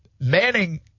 Manning